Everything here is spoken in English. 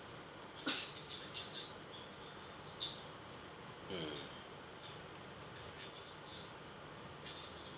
mm